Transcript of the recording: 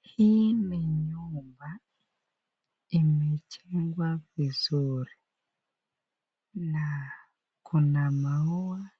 Hii ni nyumba imejengwa vizuri na kuna maua